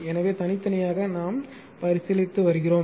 எனவே தனித்தனியாக நாம் பரிசீலித்து வருகிறோம்